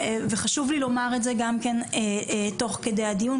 וחשוב לי לומר את זה גם כן תוך כדי הדיון,